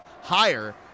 higher